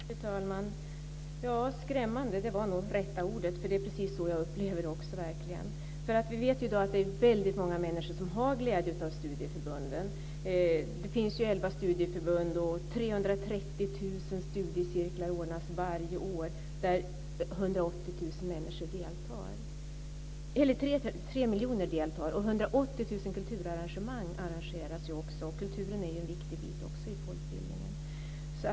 Fru talman! Skrämmande var nog rätta ordet, för det är precis så jag upplever det. Vi vet ju i dag att det är många människor som har glädje av studieförbunden. Det finns elva studieförbund, och 330 000 studiecirklar ordnas varje år där 3 miljoner människor deltar. 180 000 kulturarrangemang arrangeras också. Kulturen är ju en viktig bit av folkbildningen.